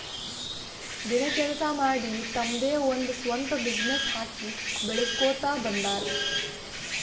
ದಿನ ಕೆಲ್ಸಾ ಮಾಡಿ ತಮ್ದೆ ಒಂದ್ ಸ್ವಂತ ಬಿಸಿನ್ನೆಸ್ ಹಾಕಿ ಬೆಳುಸ್ಕೋತಾ ಬಂದಾರ್